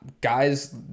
guys